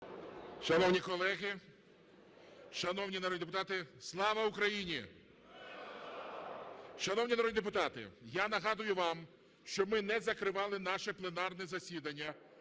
Шановні колеги! Шановні народні депутати! Слава Україні! Шановні народні депутати, я нагадую вам, що ми не закривали наше пленарне засідання.